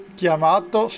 chiamato